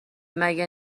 مگه